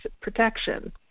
protection